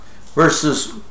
verses